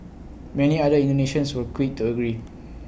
many other Indonesians were quick to agree